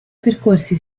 percorsi